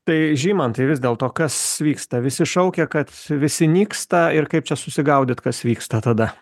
tai žymantai vis dėlto kas vyksta visi šaukia kad visi nyksta ir kaip čia susigaudyt kas vyksta tada